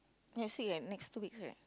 next week next two weeks right